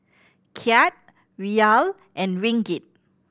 Kyat Riyal and Ringgit